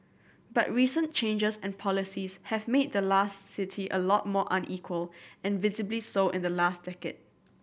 but recent changes and policies have made the last city a lot more unequal and visibly so in the last decade